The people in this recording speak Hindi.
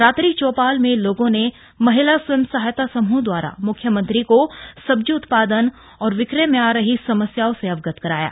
रात्रि चौपाल में लोगों ने महिला स्वयं सहायता समूह दवारा मुख्यमंत्री को सब्जी उत्पादन और विक्रय में आ रही समस्याओं से अवगत कराया गया